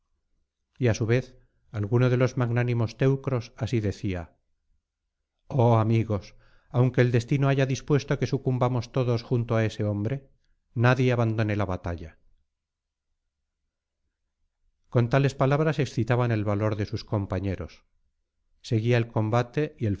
y á su vez alguno de los magnánimos teucros así decía oh amigos aunque el destino haya dispuesto que sucumbamos todos junto á ese hombre nadie abandone la batalla con tales palabras excitaban el valor de sus compañeros se el combate